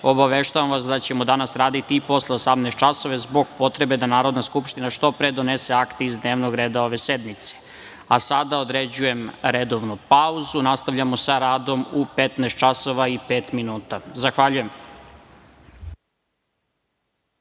obaveštavam vas da ćemo danas raditi i posle 18.00 časova zbog potrebe da Narodna skupština što pre donese akte iz dnevnog reda ove sednice. Sada određujem redovnu pauzu. Nastavljamo sa radom u 15.05 časova. Zahvaljujem.(Posle